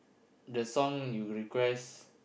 the song you request